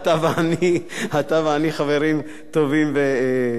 ואני חברים טובים וקרובים אפילו,